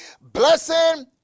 blessing